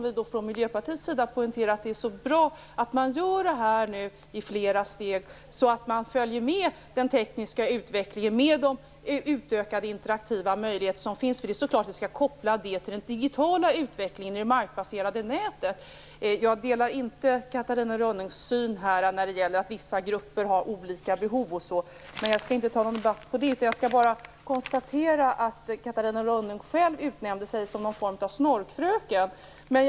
Vi har från Miljöpartiets sida poängterat att det är bra att det sker i flera steg, så att man kan följa med i den tekniska utvecklingen med de möjligheter som finns till utökad interaktivitet. Det är klart att vi skall koppla detta till den digitala utvecklingen i det markbaserade nätet. Jag delar inte Catarina Rönnungs syn på att vissa grupper har olika behov, men jag skall inte ta upp någon debatt om det. Jag skall bara konstatera att Catarina Rönnung själv utnämnde sig till någon sorts Snorkfröken.